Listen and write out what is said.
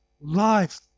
life